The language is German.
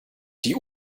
die